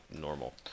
normal